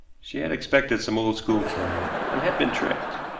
she had expected some old school friend, and had been tricked.